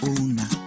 una